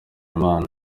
imana